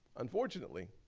unfortunately,